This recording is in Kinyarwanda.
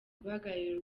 guhagararira